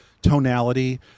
Tonality